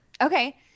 Okay